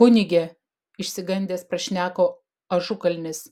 kunige išsigandęs prašneko ažukalnis